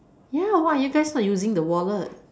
ya why are you guys not using the wallet